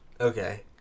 Okay